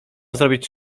zrobić